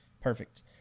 perfect